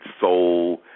soul